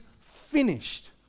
finished